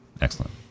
Excellent